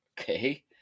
okay